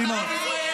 מה עשית?